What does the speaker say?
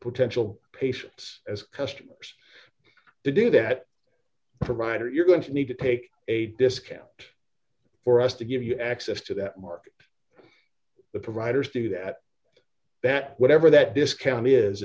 potential patients as customers do that provider you're going to need to take a discount for us to give you access to that mark the providers do that that whatever that discount is